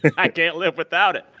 i can't live without it.